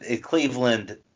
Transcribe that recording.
Cleveland –